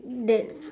then